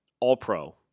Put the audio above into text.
All-Pro